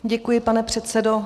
Děkuji, pane předsedo.